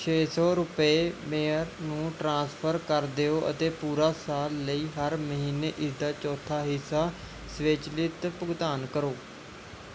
ਛੇ ਸੌ ਰੁਪਏ ਮੇਹਰ ਨੂੰ ਟ੍ਰਾਂਸਫਰ ਕਰ ਦਿਓ ਅਤੇ ਪੂਰਾ ਸਾਲ ਲਈ ਹਰ ਮਹੀਨੇ ਇਸਦਾ ਚੌਥਾ ਹਿੱਸਾ ਸਵੈਚਲਿਤ ਭੁਗਤਾਨ ਕਰੋ